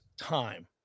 time